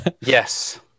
yes